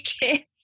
kids